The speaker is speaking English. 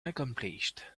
accomplished